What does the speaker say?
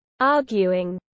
arguing